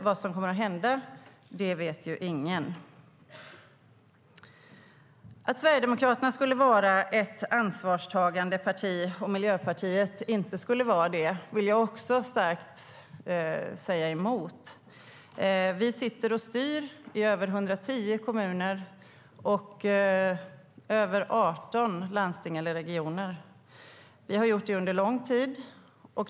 Vad som kommer att hända vet ingen. Att Sverigedemokraterna skulle vara ett ansvarstagande parti och att Miljöpartiet inte skulle vara det vill jag också starkt säga emot. Vi sitter och styr i över 110 kommuner och över 18 landsting eller regioner. Vi har gjort det under lång tid.